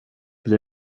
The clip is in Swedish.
bli